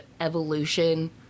evolution